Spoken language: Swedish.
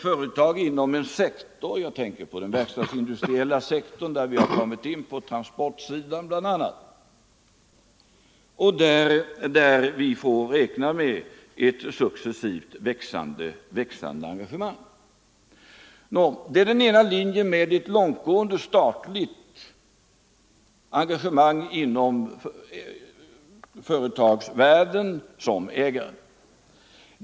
Jag tänker bl.a. på det verkstadsindustriella området, där vi bl.a. gått in i transportsektorn och där vi räknar med ett successivt växande engagemang. Den ena linjen är alltså ett långtgående statligt ägarengagemang inom företagsvärlden.